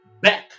back